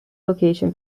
location